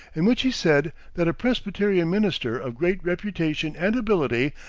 in which he said that a presbyterian minister of great reputation and ability,